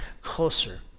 closer